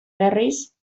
berriz